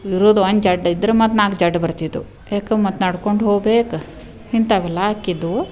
ಇರುದು ಒಂದು ಜಡ್ಡು ಇದ್ರೆ ಮತ್ತೆ ನಾಲ್ಕು ಜಡ್ಡು ಬರ್ತಿದ್ವು ಯಾಕೆ ಮತ್ತೆ ನಡ್ಕೊಂಡು ಹೋಗ್ಬೇಕು ಇಂಥವೆಲ್ಲ ಆಗಿದ್ವು